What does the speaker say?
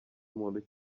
muntu